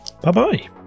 bye-bye